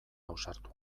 ausartu